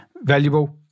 valuable